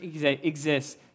exists